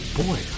boy